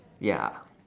ya